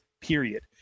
period